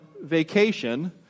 vacation